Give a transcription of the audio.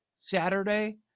Saturday